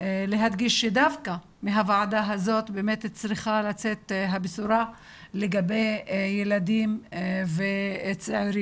להדגיש שדווקא מהוועדה הזאת באמת צריכה לצאת הבשורה לגבי ילדים וצעירים.